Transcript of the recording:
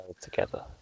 Together